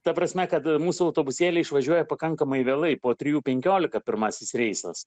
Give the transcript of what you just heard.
ta prasme kad mūsų autobusėliai išvažiuoja pakankamai vėlai po trijų penkiolika pirmasis reisas